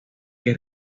que